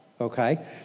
Okay